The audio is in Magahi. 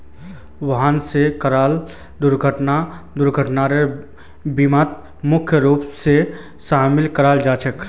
वाहन स कराल दुर्घटना दुर्घटनार बीमात मुख्य रूप स शामिल कराल जा छेक